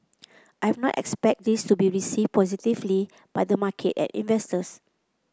I've not expect this to be received positively by the market and investors